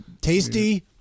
Tasty